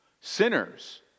Sinners